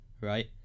right